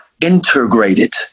integrated